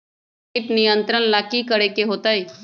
किट नियंत्रण ला कि करे के होतइ?